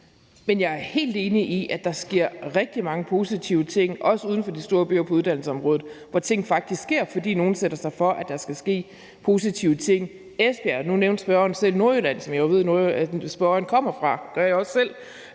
Jeg er helt enig i, at der sker rigtig mange positive ting, også uden for de store byer, på uddannelsesområdet, hvor ting faktisk sker, fordi nogen sætter sig for, at der skal ske positive ting. Jeg vil nævne Esbjerg; spørgeren nævnte selv Nordjylland, som jeg jo ved spørgeren kommer fra, og det gør jeg også selv.